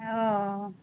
অঁ